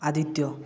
Aditya